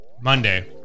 Monday